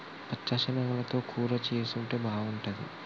పచ్చ శనగలతో కూర చేసుంటే బాగుంటది